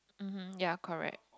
mmhmm ya correct